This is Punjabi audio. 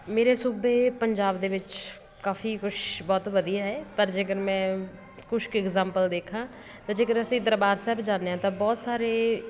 ਮੇਰੇ ਸੂਬੇ ਪੰਜਾਬ ਦੇ ਵਿੱਚ ਕਾਫੀ ਕੁਛ ਵਧੀਆ ਹੈ ਪਰ ਜੇਕਰ ਮੈਂ ਕੁਛ ਕੁ ਐਕਜ਼ਾਂਪਲ ਦੇਖਾਂ ਤਾਂ ਜੇਕਰ ਅਸੀਂ ਦਰਬਾਰ ਸਾਹਿਬ ਜਾਂਦੇ ਹਾਂ ਤਾਂ ਬਹੁਤ ਸਾਰੇ